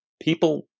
People